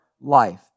life